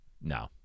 No